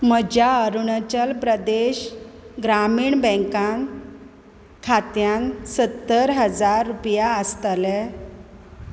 म्हज्या अरुणाचल प्रदेश ग्रामीण बँकांत खात्यांत सत्तर हजार रुपया आसतले